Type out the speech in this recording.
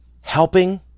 helping